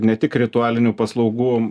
ne tik ritualinių paslaugų